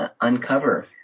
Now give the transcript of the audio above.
uncover